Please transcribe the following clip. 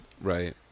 right